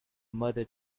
mother